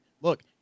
look